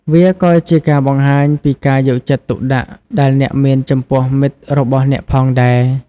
វាក៏ជាការបង្ហាញពីការយកចិត្តទុកដាក់ដែលអ្នកមានចំពោះមិត្តរបស់អ្នកផងដែរ។